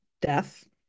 death